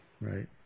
right